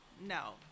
no